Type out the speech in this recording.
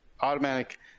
automatic